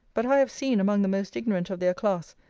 but i have seen, among the most ignorant of their class,